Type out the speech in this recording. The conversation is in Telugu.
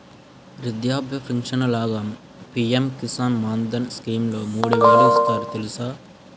వృద్ధాప్య పించను లాగా పి.ఎం కిసాన్ మాన్ధన్ స్కీంలో మూడు వేలు ఇస్తారు తెలుసా?